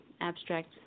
abstract